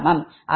அதாவது Zf 0